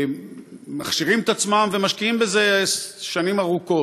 מכשירים את עצמם ומשקיעים בזה שנים ארוכות.